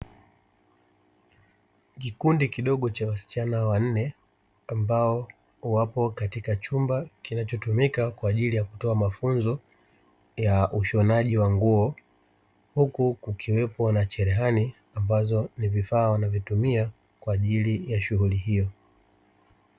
Kikundi kidogo cha wasichana wanne, ambao wapo katika chumba kinacho tumika kwaajili ya kutoa mafunzo ya ushonaji wa nguo, huku kukiwepo na cherehani ambazo ni vifaa wanavyo vitumia kwa ajili ya shughuli hiyo.